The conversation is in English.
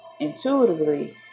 Intuitively